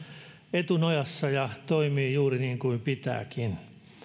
etunojassa ja toimii juuri niin kuin pitääkin